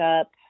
up